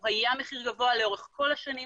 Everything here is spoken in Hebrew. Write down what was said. הוא היה מחיר גבוה לאורך כל השנים,